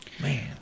Man